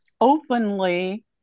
openly